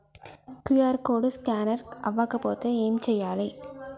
QR code scanner అవ్వకపోతే ఏం చేయాలి?